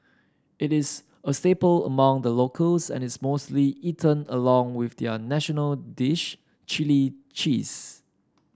it is a staple among the locals and is mostly eaten along with their national dish chilli cheese